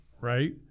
right